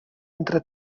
entre